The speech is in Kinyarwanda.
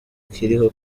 kiriho